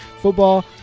football